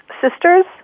sisters